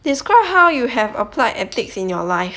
describe how you have applied ethics in your life